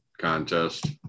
contest